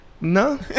No